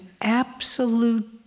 absolute